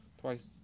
twice